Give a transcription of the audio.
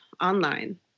online